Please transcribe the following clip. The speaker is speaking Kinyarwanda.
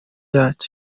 yacyo